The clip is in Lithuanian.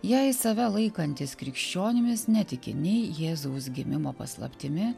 jei save laikantys krikščionimis netiki nei jėzaus gimimo paslaptimi